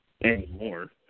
Anymore